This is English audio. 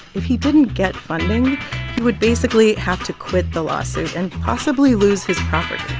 if he didn't get funding, he would basically have to quit the lawsuit and possibly lose his property.